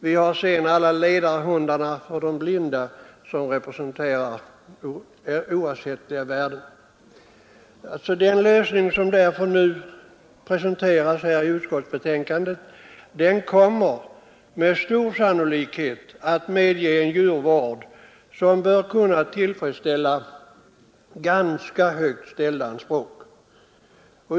Vidare representerar alla ledarhundar för blinda oersättliga värden. Den lösning som nu presenteras i utskottsbetänkandet kommer med stor sannolikhet att medge en djursjukvård som bör kunna tillfredsställa ganska högt ställda anspråk.